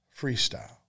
freestyle